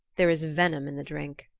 there is venom in the drink.